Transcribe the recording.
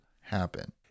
happen